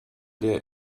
der